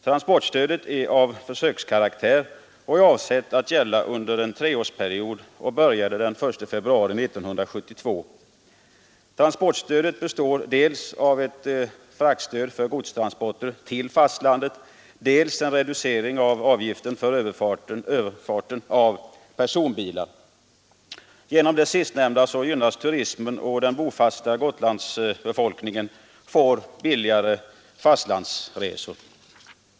Transportstödet är av försökskaraktär. Det är avsett att gälla under en treårsperiod och började tillämpas den 1 februari 1972. Transportstödet består av dels ett frakstöd för godstransporter till fastlandet, dels en reducering av avgiften för överfart av personbilar. Genom det sistnämnda gynnas turismen, och den bofasta Gotlandsbefolkningen får billigare fastlandsresor.